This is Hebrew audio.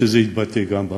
שזה יתבטא גם במליאה.